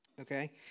okay